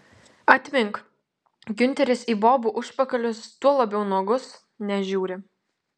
atmink giunteris į bobų užpakalius tuo labiau nuogus nežiūri